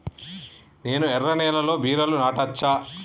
నేను ఎర్ర నేలలో బీరలు నాటచ్చా?